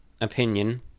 opinion